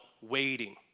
waiting